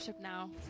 Now